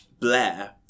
Blair